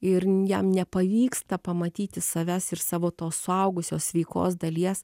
ir jam nepavyksta pamatyti savęs ir savo to suaugusio sveikos dalies